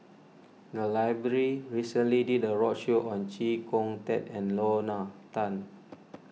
the library recently did a roadshow on Chee Kong Tet and Lorna Tan